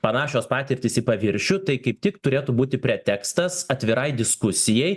panašios patirtys į paviršių tai kaip tik turėtų būti pretekstas atvirai diskusijai